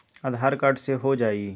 आधार card से हो जाइ?